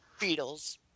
Beatles